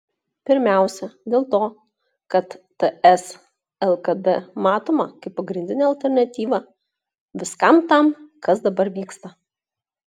pirmiausia dėl to kad ts lkd matoma kaip pagrindinė alternatyva viskam tam kas dabar vyksta